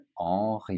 Henri